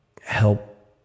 help